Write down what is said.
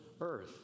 earth